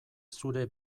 zure